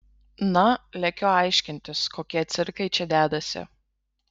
na lekiu aiškintis kokie cirkai čia dedasi